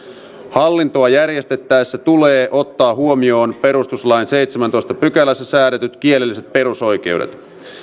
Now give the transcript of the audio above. hallintoa järjestettäessä tulee ottaa huomioon perustuslain seitsemännessätoista pykälässä säädetyt kielelliset perusoikeudet